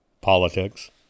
politics